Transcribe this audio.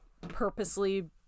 purposely